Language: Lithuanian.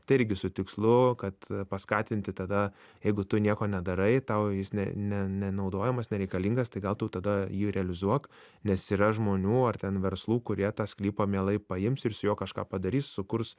tai irgi su tikslu kad paskatinti tada jeigu tu nieko nedarai tau jis ne ne nenaudojamas nereikalingas tai gal tu tada jį realizuok nes yra žmonių ar ten verslų kurie tą sklypą mielai paims ir su juo kažką padarys sukurs